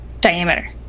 diameter